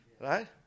Right